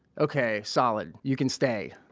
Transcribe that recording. okay, solid, you can stay.